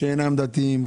שאינם דתיים,